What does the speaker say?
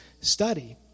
study